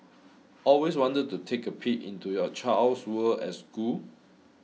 always wanted to take a peek into your child's world at school